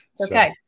Okay